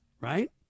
Right